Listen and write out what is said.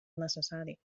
necessari